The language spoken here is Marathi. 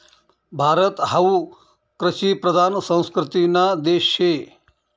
भारत हावू कृषिप्रधान संस्कृतीना देश शे